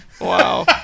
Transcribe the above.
wow